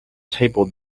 table